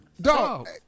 dog